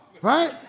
right